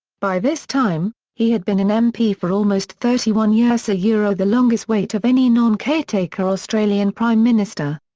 by this time, he had been an mp for almost thirty one years years the longest wait of any non-caretaker australian prime minister.